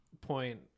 point